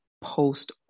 post